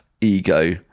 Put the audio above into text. ego